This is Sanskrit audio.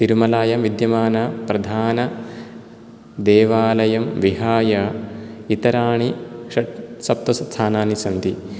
तिरुमलायां विद्यमानप्रधानदेवालयं विहाय इतराणि षट्सप्त स्थानानि सन्ति